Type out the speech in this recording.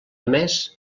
més